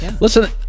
Listen